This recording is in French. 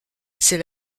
c’est